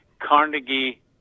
Carnegie